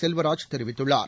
செல்வராஜ் தெரிவித்துள்ளார்